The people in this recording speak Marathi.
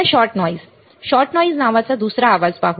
आता शॉट नॉईज शॉट नॉईज नावाचा दुसरा आवाज पाहू